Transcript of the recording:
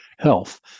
health